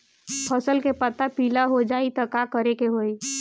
फसल के पत्ता पीला हो जाई त का करेके होई?